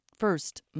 First